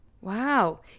Wow